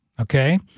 Okay